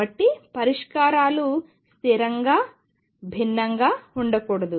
కాబట్టి పరిష్కారాలు స్థిరంగా భిన్నంగా ఉండకూడదు